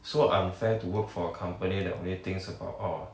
so unfair to work for a company that only thinks about orh